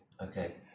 Okay